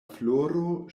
floro